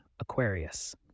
Aquarius